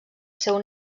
seu